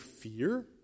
fear